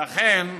ולכן,